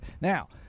now